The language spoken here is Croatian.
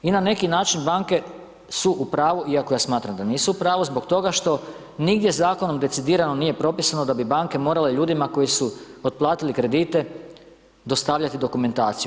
I na neki način banke su u pravu, iako ja smatram da nisu u pravu, zbog toga što nigdje zakonom decidirano nije propisano da bi banke morale ljudima koji su otplatili kredite dostavljati dokumentaciju.